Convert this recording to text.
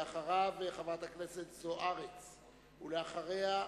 ואחריו, חברת הכנסת אורית זוארץ, ואחריה,